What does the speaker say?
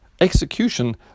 execution